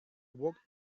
walked